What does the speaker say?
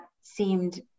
seemed